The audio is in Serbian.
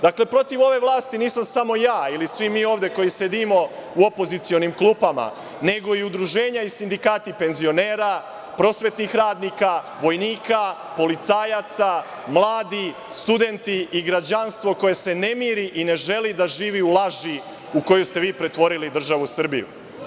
Dakle, protiv ove vlasti nisam samo ja ili svi mi ovde koji sedimo u opozicionim klupama, nego i udruženja i sindikati penzionera, prosvetnih radnika, vojnika, policajaca, mladi studenti i građanstvo koje se ne miri i ne želi da živi u laži u koju ste vi pretvoril državu Srbiju.